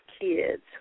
kids